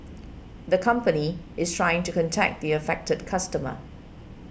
the company is trying to contact the affected customer